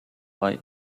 bei